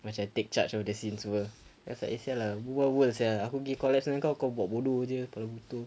macam take charge of the scenes semua then I was like eh sia lah uar uar sia aku give kau lesson engkau buat bodoh jer macam tu